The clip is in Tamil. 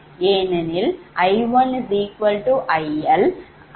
ஏனெனில் I1IL